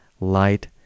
light